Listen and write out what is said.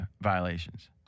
violations